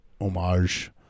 homage